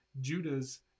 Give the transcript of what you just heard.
Judah's